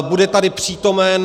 Bude tady přítomen.